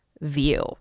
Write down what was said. view